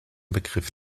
begriff